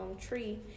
tree